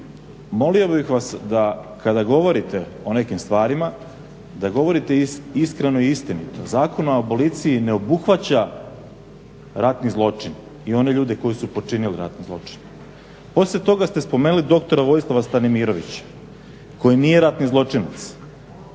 molio bih vas da kada govorite o nekim stvarima da govorite iskreno i istinito. Zakon o aboliciji ne obuhvaća ratni zločin i one ljude koji su počinili ratni zločin. Poslije toga ste spomenuli dr. Vojislava Stanimirovića koji nije ratni zločinac,